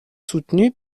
soutenu